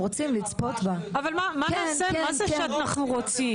רוצים לצפות בה --- אבל מה זה 'כשאנחנו רוצים'?